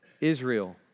Israel